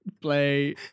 play